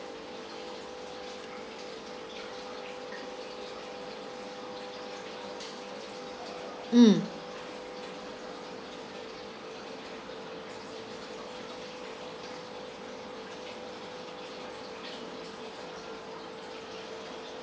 mm